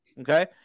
Okay